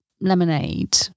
lemonade